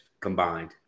combined